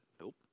Nope